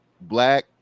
black